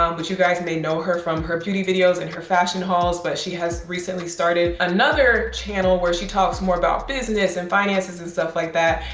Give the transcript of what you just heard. um but you guys may know her from her beauty videos and her fashion hauls, but she has recently started another channel where she talks more about business and finances and stuff like that.